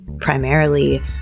primarily